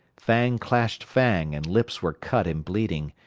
fang clashed fang, and lips were cut and bleeding,